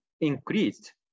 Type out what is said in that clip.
increased